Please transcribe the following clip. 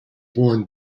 born